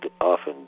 often